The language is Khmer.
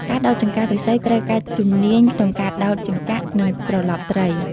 ការដោតចង្កាក់ឫស្សីត្រូវការជំនាញក្នុងការដោតចង្កាក់ និងត្រឡប់ត្រី។